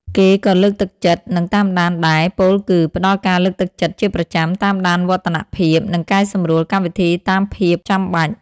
គេក៏លើកទឹកចិត្ត និងតាមដានដែរ ពោលគឺ ផ្ដល់ការលើកទឹកចិត្តជាប្រចាំ តាមដានវឌ្ឍនភាព និងកែសម្រួលកម្មវិធីតាមភាពចាំបាច់។